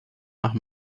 nach